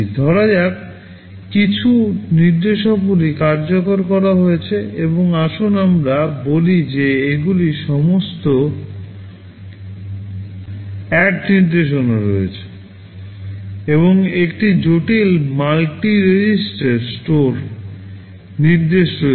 ধরা যাক কিছু নির্দেশাবলী কার্যকর করা হয়েছে এবং আসুন আমরা বলি যে এগুলি সমস্ত ADD নির্দেশনা রয়েছে এবং একটি জটিল মাল্টি রেজিস্টার স্টোর নির্দেশ রয়েছে